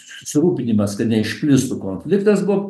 susirūpinimas kad neišplistų konfliktas buvo